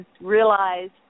realized